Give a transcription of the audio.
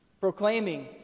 proclaiming